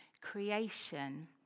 creation